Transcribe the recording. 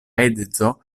edzo